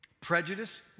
prejudice